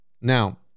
Now